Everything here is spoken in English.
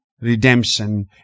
Redemption